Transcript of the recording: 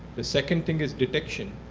the second thing is detection.